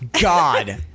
God